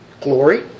Glory